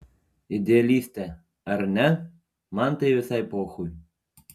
idealistė ar ne man tai visai pochui